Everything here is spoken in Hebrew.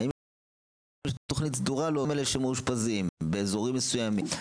האם יש תוכנית סדורה לאותם אלה שמאושפזים באזורים מסוימים?